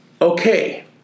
Okay